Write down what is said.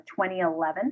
2011